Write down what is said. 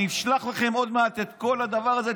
אני אשלח לכם עוד מעט את כל הדבר הזה,